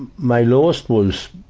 and my lowest was,